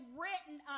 written